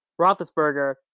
Roethlisberger